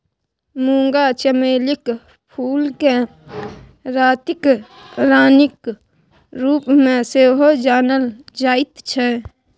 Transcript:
मूंगा चमेलीक फूलकेँ रातिक रानीक रूपमे सेहो जानल जाइत छै